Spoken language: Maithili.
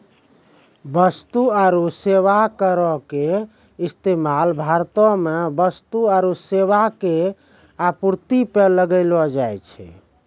वस्तु आरु सेबा करो के इस्तेमाल भारतो मे वस्तु आरु सेबा के आपूर्ति पे लगैलो जाय छै